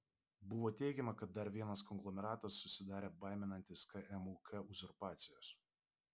buvo teigiama kad dar vienas konglomeratas susidarė baiminantis kmuk uzurpacijos